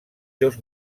seus